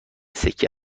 سکه